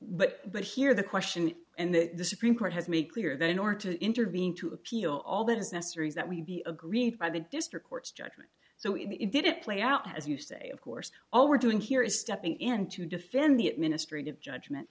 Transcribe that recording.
but but here the question and the supreme court has made clear that in order to intervene to appeal all that is necessary that we be agreed by the district court's judgment so we did it play out as you say of course all we're doing here is stepping in to defend the administrative judgment